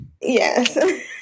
yes